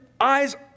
eyes